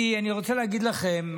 אני רוצה להגיד לכם,